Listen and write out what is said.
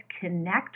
connect